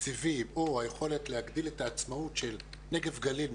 תקציבים או היכולת להגדיל את העצמאות של נגב-גליל,